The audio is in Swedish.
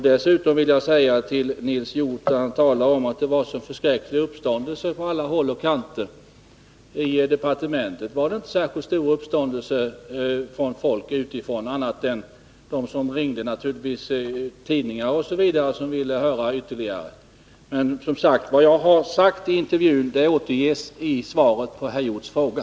Dessutom vill jag säga, när Nils Hjorth talar om att det var en sådan förskräcklig uppståndelse på alla håll och kanter, att vi i departementet inte märkte någon särskilt stor uppståndelse utifrån. Det var inte annat än tidningar osv. som ringde och ville ha ytterligare information. Men som sagt: Vad jag har uttalat i intervjun återges i svaret på herr Hjorths fråga.